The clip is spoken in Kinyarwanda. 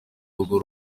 urwo